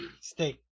stay